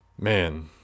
Man